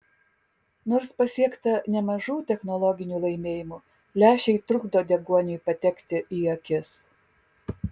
nors pasiekta nemažų technologinių laimėjimų lęšiai trukdo deguoniui patekti į akis